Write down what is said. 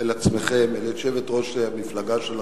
אל עצמכם, אל יושבת-ראש המפלגה שלכם,